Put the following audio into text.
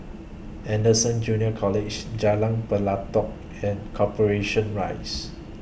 Anderson Junior College Jalan Pelatok and Corporation Rise